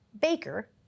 Baker